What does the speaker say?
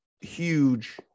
huge